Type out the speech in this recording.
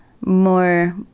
more